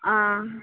हां